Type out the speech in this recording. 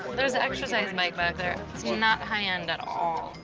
there's an exercise bike back there. it's not high-end at all.